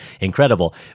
incredible